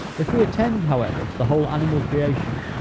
if we attend, however, to the whole animal creation,